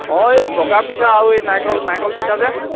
অঁ এই বগা পিঠা আৰু এই নাৰিকল নাৰিকল পিঠা যে